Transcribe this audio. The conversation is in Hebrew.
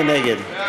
מי